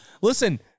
Listen